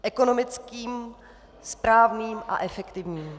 ... ekonomickým, správním a efektivním.